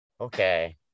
okay